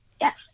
yes